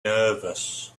nervous